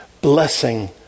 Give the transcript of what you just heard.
blessing